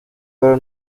pero